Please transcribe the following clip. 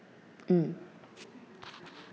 mm